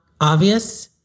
obvious